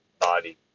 body